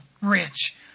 rich